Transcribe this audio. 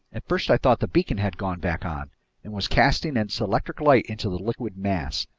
at first i thought the beacon had gone back on and was casting its electric light into the liquid mass.